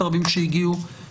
שיקרו לגבי זה,